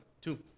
Two